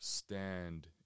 Stand